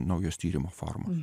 naujos tyrimo formos